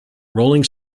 rolling